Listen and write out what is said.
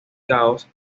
caos